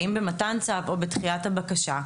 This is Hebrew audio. האם במתן צו או בדחיית הבקשה,